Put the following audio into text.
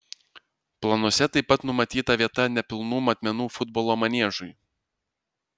planuose taip pat numatyta vieta nepilnų matmenų futbolo maniežui